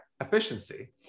efficiency